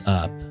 up